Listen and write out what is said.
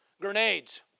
grenades